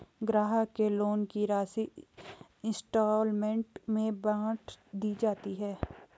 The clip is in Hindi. ग्राहक के लोन की राशि इंस्टॉल्मेंट में बाँट दी जाती है